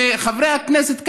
שחברי הכנסת כאן,